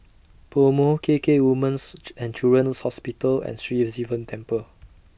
Pomo K K Women's and Children's Hospital and Sri Sivan Temple